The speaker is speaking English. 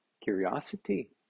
Curiosity